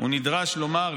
הוא נדרש לומר,